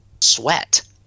sweat